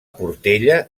portella